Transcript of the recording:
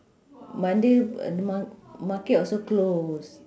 monday uh th~ ma~ market also closed